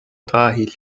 dahil